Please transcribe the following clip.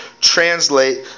translate